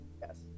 yes